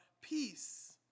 peace